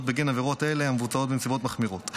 בגין עבירות אלה המבוצעות בנסיבות מחמירות.